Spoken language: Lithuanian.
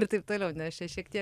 ir taip toliau nes čia šiek tiek